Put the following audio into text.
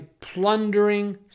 plundering